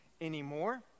anymore